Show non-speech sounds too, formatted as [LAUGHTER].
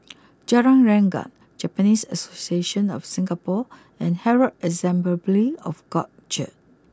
Jalan Rengkam Japanese Association of Singapore and Herald Assemble [UNINTELLIGIBLE] of God Church